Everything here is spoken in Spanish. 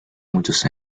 muchos